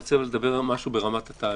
אני רוצה לדבר על משהו ברמת התהליך.